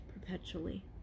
perpetually